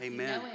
Amen